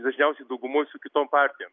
dažniausiai daugumoj su kitom partijom